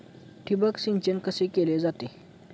ठिबक सिंचन कसे केले जाते?